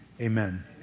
Amen